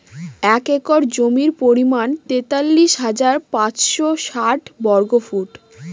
এক একর জমির পরিমাণ তেতাল্লিশ হাজার পাঁচশ ষাট বর্গফুট